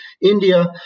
India